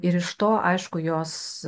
ir iš to aišku jos